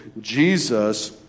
Jesus